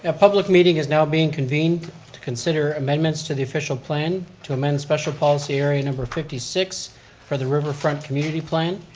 ah public meeting is now being convened to consider amendments to the official plan to amend special policy area number fifty six for the riverfront community plan.